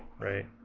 right